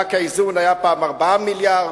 מענק האיזון היה פעם 4 מיליארדים,